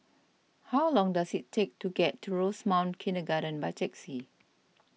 how long does it take to get to Rosemount Kindergarten by taxi